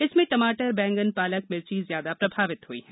जिसमें टमाटर बैगन पालक मिर्ची ज्यादा प्रभावित हुई हैं